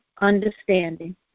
understanding